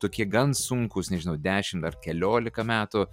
tokie gan sunkūs nežinau dešim ar keliolika metų